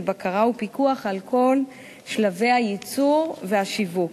בקרה ופיקוח על כל שלבי הייצור והשיווק.